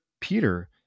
Peter